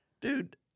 Dude